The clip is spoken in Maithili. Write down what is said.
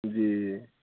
जी